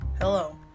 Hello